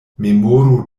memoru